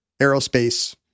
aerospace